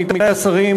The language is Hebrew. עמיתי השרים,